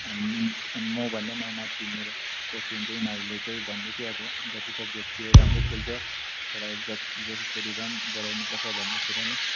हामी मभन्दा माथि मेरो कोच हुन्छ उनीहरूले चाहिँ भन्दैथ्यो अब जति सक्दो त्यो राम्रो खेल्छ त्यसलाई जस जसरी भाम् बोलाउनुपर्छ भन्दैथियो र नि